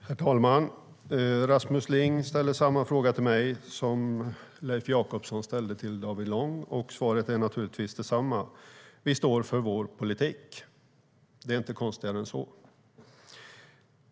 Herr talman! Rasmus Ling ställer samma fråga till mig som Leif Jakobsson ställde till David Lång. Svaret är naturligtvis detsamma: Vi står för vår politik. Det är inte konstigare än så.